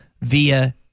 via